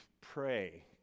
pray